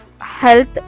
health